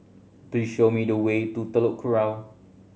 please show me the way to Telok Kurau